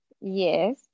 Yes